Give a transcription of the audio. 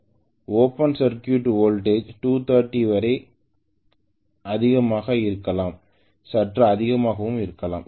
open circuit voltage 230 வரை அதிகமாக இருக்கலாம் சற்று அதிகமாகவும் இருக்கலாம்